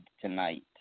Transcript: tonight